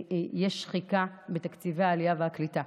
יש שחיקה בתקציבי העלייה והקליטה.